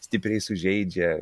stipriai sužeidžia